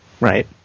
Right